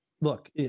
look